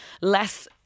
less